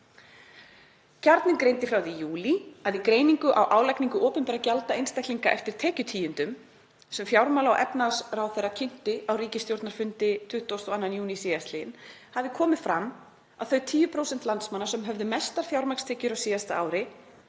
Kjarninn greindi frá því í júlí að í greiningu á álagningu opinberra gjalda einstaklinga eftir tekjutíundum, sem fjármála- og efnahagsráðherra kynnti á ríkisstjórnarfundi 22. júní síðastliðinn, hefði komið fram að þau tíu prósent landsmanna sem höfðu mestar fjármagnstekjur á síðasta ári